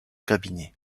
cabinet